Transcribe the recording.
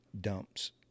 dumps